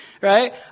Right